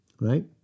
right